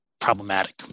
problematic